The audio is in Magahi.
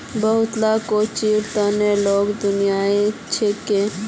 बहुत ला कोचिंगेर तने लोन दियाल जाछेक